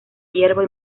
hierba